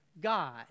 God